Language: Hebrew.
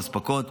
אספקות,